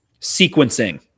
sequencing